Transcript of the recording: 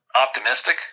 optimistic